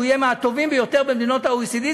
והוא יהיה מהטובים ביותר במדינות ה-OECD,